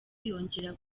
yongera